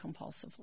compulsively